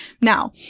Now